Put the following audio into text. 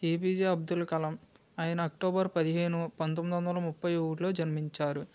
APJ Abdul Kalam అయిన October పదిహేను పంతొమ్మిది వందల ముప్పై ఒకటిలో జన్మించారు